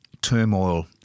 turmoil